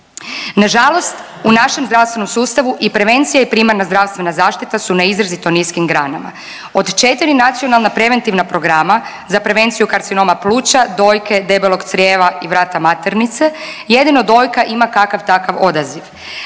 Nažalost, u našem zdravstvenom sustavu i prevencija i primarna zdravstvena zaštita su na izrazito niskim granama, od 4 nacionalna preventivna programa za prevenciju karcinoma pluća, dojke, debelog crijeva i vrata maternice jedino dojka ima kakav takav odaziv.